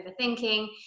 overthinking